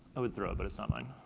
i would throw it, but it's not mine.